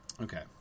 Okay